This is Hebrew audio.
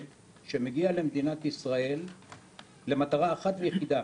שמגיע למדינת ישראל למטרה אחת ויחידה,